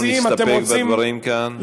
נסתפק בדברים כאן?